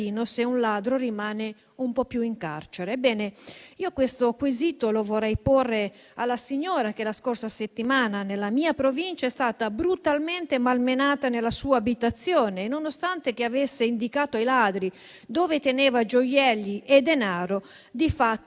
se un ladro rimane un po' di più in carcere. Ebbene, questo quesito lo vorrei porre alla signora che la scorsa settimana, nella mia Provincia, è stata brutalmente malmenata nella sua abitazione, nonostante avesse indicato ai ladri dove teneva gioielli e denaro; di fatto